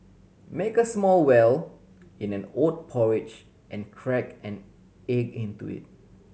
make a small well in an oat porridge and crack an egg into it